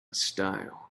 style